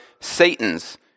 Satan's